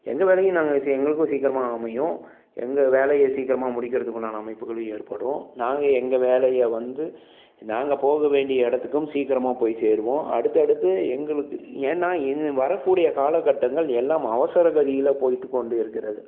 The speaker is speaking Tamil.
எங்கள் வேலையை நாங்கள் சி எங்களுக்கும் சீக்கிரமாக அமையும் எங்கள் வேலைய சீக்கிரமாக முடிக்கறதுக்குண்டான அமைப்புகளும் ஏற்படும் நாங்கள் எங்கள் வேலையை வந்து நாங்கள் போக வேண்டிய இடத்துக்கும் சீக்கிரமாக போய் சேர்வோம் அடுத்து அடுத்து எங்களுக்கு ஏன்னால் இனி வரக்கூடிய காலகட்டங்கள் எல்லாம் அவசரகதியில் போயிட்டு கொண்டிருக்கிறது